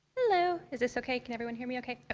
hello! is this okay? can everyone hear me okay?